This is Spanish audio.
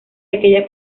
aquella